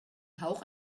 hauch